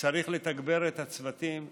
צריך לתגבר את הצוותים,